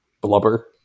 blubber